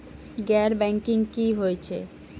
गैर बैंकिंग की होय छै?